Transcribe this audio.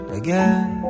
again